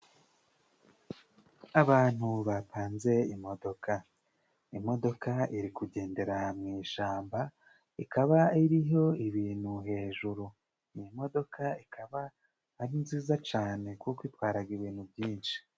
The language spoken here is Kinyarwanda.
Abantu bapanze imodoka, imodoka iri kugendera mu ishyamba, ikaba iriho ibintu hejuru, iyi modoka ikaba ari nziza cyane kuko itwaraga ibintu byinshi.